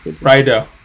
rider